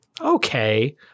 Okay